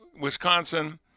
Wisconsin